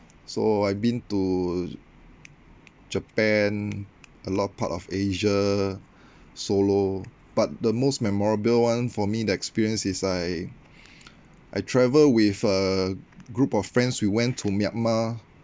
so I been to Japan a lot part of asia solo but the most memorable one for me the experience is I I travel with a group of friends we went to Myanmar